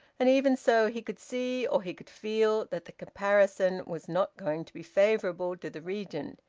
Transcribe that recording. and even so, he could see, or he could feel, that the comparison was not going to be favourable to the regent.